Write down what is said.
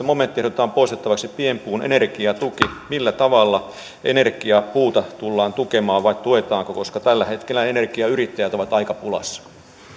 momenttia ehdotetaan poistettavaksi pienpuun energiatuki millä tavalla energiapuuta tullaan tukemaan vai tuetaanko koska tällä hetkellä energiayrittäjät ovat aika pulassa